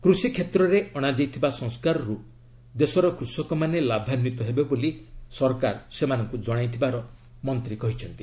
କୃଷିକ୍ଷେତ୍ରରେ ଅଣାଯାଇଥିବା ସଂସ୍କାରରୁ ଦେଶର କୃଷକମାନେ ଲାଭାନ୍ୱିତ ହେବେ ବୋଲି ସରକାର ସେମାନଙ୍କୁ ଜଣାଇଥିବାର ମନ୍ତ୍ରୀ କହିଛନ୍ତି